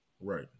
Right